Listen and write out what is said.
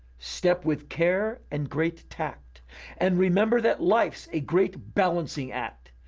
step with care and great tact and remember that life's a great balancing act.